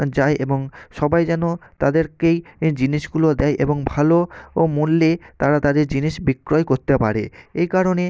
যায় এবং সবাই যেন তাদেরকেই জিনিসগুলো দেয় এবং ভালো ও মূল্যে তারা তাদের জিনিস বিক্রয় করতে পারে এই কারণে